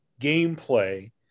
gameplay